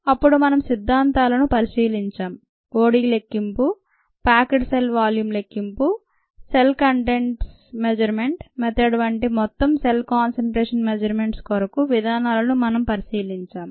అప్పుడు మనం సిద్ధాంతాలను పరిశీలించాం OD లెక్కింపు ప్యాక్డ్ సెల్ వాల్యూమ్ లెక్కింపు cell contents measurement method వంటి మొత్తం సెల్ కాన్సెన్ట్రేషన్ మెజర్మెంట్ కొరకు విధానాలను మనం పరిశీలించాం